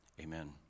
amen